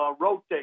rotate